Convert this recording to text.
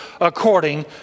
according